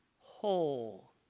whole